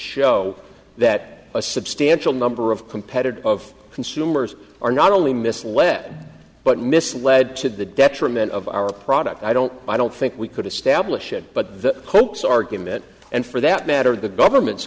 show that a substantial number of competitors of consumers are not only misled but misled to the detriment of our product i don't i don't think we could establish it but the hoax argument and for that matter the government's